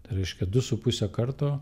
tai reiškia du su puse karto